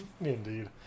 Indeed